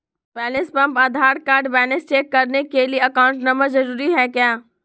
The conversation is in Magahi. Balance pump Aadhaar card balance check करने के लिए अकाउंट नंबर जरूरी है क्या?